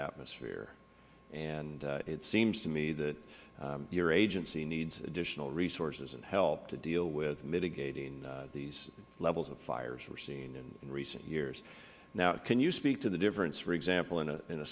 atmosphere and it seems to me that your agency needs additional resources and help to deal with mitigating these levels of fires we are seeing in recent years now can you speak to the difference for example in a